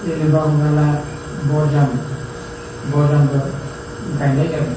जेनेबा हमना ला बरजाम बरजामबो गायनाय जादों